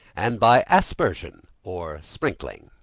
and by aspersion, or sprinkling.